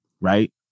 right